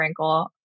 Frankel